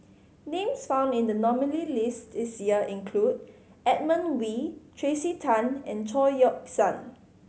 names found in the nominees' list this year include Edmund Wee Tracey Tan and Chao Yoke San